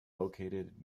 located